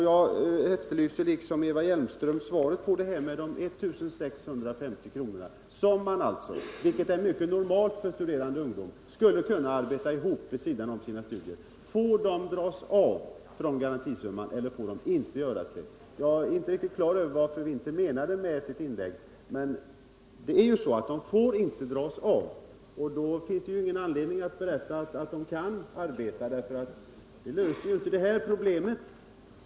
Jag efterlyser liksom Eva Hjelmström ett svar beträffande dessa 1 650 kr. Det är mycket normalt att studerande ungdom arbetar vid sidan om studierna. Får sådana arbetsinkomster räknas in i garantisumman, eller får de inte räknas in? Jag blev inte riktigt på det klara med vad fru Winther menade med sitt inlägg på den punkten. F. n. får sådana inkomster inte räknas in. Då finns det ju ingen anledning att i detta sammanhang berätta för de studerande att de kan arbeta, eftersom det inte löser det här problemet.